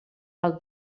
del